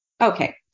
Okay